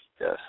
yes